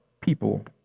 people